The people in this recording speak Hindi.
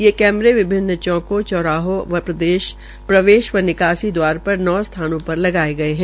ये कैमरे विभिन्न चौकों चौराहों एंव प्रदेश व निकासी दवारा पर नौ स्थानों पर लगाये गये है